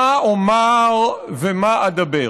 מה אומר ומה אדבר?